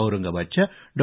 औरंगाबादच्या डॉ